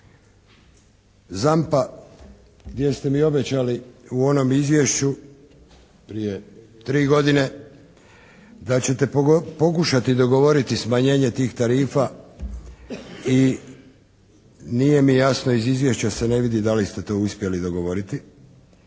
ZAMP-a gdje ste mi obećali u onom izvješću prije 3 godine da ćete pokušati dogovoriti smanjenje tih tarifa i nije mi jasno, iz izvješća se ne vidi da li ste to uspjeli dogovoriti.